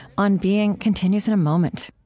on being continues in a moment